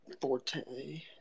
Forte